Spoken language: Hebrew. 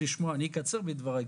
אני אקצר את דבריי,